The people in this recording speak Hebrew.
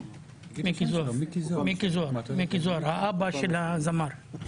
מיקי זוהר האבא של הזמר.